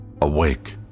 Awake